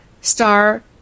star